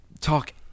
talk